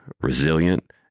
resilient